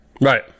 Right